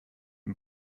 und